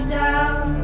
down